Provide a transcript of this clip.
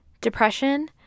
depression